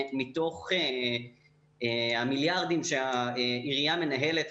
מתוך המיליארדים שהעירייה מנהלת,